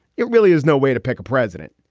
it really is no way to pick a president.